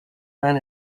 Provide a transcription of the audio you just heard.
ran